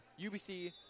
UBC